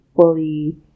fully